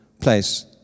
place